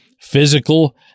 physical